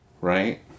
right